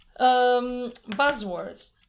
buzzwords